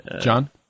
John